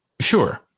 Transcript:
sure